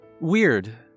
Weird